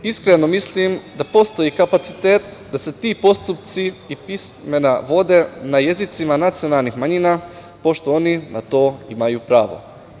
Iskreno mislim da postoji kapacitet da se ti postupci i pisma vode na jezicima nacionalnih manjina pošto oni na to imaju pravo.